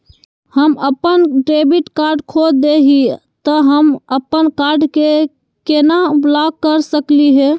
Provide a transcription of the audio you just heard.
हम अपन debit card खो दे ही, त हम अप्पन कार्ड के केना ब्लॉक कर सकली हे?